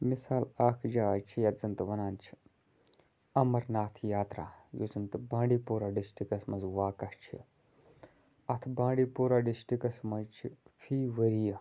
مِثال اَکھ جاے چھِ ییٚتھ زَن تہِ وَنان چھِ اَمرناتھ یاترا یُس زَن تہِ بانٛڈی پورہ ڈِسٹرٛکَس مَنٛز واقع چھِ اَتھ بانٛڈی پورہ ڈِسٹِرٛکَس مَنٛز چھِ فی ؤریہِ